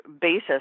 basis